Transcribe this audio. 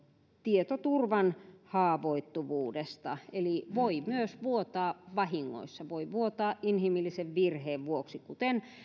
tietoturvan haavoittuvuudesta eli voi myös vuotaa vahingossa voi vuotaa inhimillisen virheen vuoksi kuten